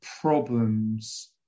problems